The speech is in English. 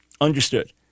understood